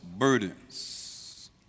Burdens